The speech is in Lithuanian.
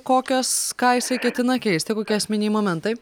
kokios ką jisai ketina keisti kokie esminiai momentai